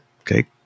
Okay